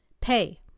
Pay